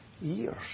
years